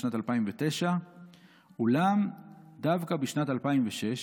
בשנת 2009. אולם דווקא בשנת 2006,